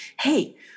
Hey